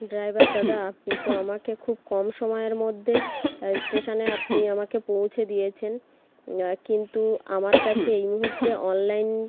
driver দাদা আপনি তো আমাকে খুব কম সময়ের মধ্যে স্টেশনে আপনি আমাকে পৌঁছে দিয়েছেন কিন্তু আমার কাছে এই মুহূর্তে অনলাইন